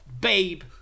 Babe